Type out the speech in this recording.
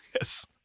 Yes